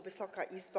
Wysoka Izbo!